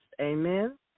Amen